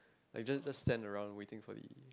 like just just stand around waiting for the